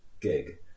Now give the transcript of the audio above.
gig